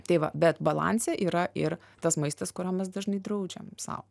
tai va bet balanse yra ir tas maistas kurio mes dažnai draudžiam sau